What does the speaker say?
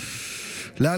את